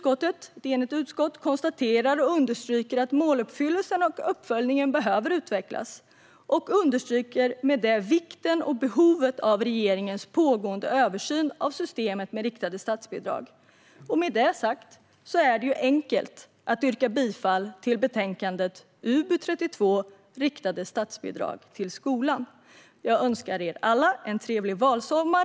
Ett enigt utskott konstaterar och understryker att måluppfyllelsen och uppföljningen behöver utvecklas. Och utskottet understryker med detta vikten och behovet av regeringens pågående översyn av systemet med riktade statsbidrag. Med detta sagt är det enkelt att yrka bifall till förslaget i betänkande UbU32 Riktade statsbidrag till skolan . Jag önskar er alla en trevlig valsommar!